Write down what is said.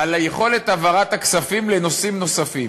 יכולת העברת הכספים לנושאים נוספים.